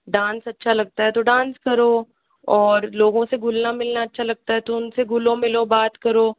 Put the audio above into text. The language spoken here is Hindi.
डांस अच्छा लगता है तो डांस करो और लोगों से घुलना मिलना अच्छा लगता है तो उनसे घुलो मिलों बात करो